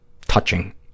touching